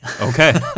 Okay